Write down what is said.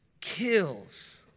kills